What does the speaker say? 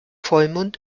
vollmond